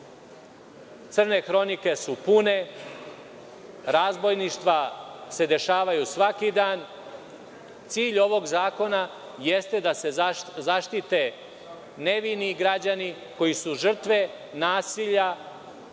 Crne hronike su pune, razbojništva se dešavaju svaki dan. Cilj ovog zakona jeste da se zaštite nevini građani, koji su žrtve nasilja